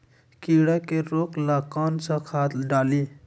कीड़ा के रोक ला कौन सा खाद्य डाली?